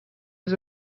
was